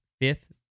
fifth